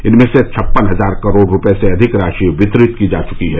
इनमें से छप्पन हजार करोड़ रूपये से अधिक राशि वितरित की जा चुकी है